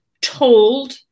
told